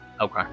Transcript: Okay